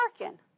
working